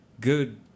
Good